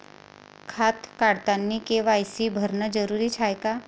खातं काढतानी के.वाय.सी भरनं जरुरीच हाय का?